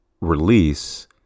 release